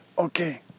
Okay